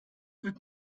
wird